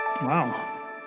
Wow